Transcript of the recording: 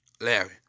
Larry